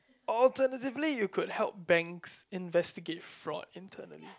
alternatively you could help banks investigate fraud internally